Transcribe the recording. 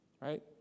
right